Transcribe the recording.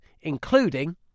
including